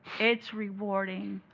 it's rewarding.